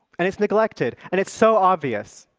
and it's neglected, and it's so obvious.